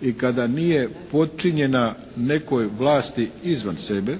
i kada nije potčinjena nekoj vlasti izvan sebe